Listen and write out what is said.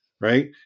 Right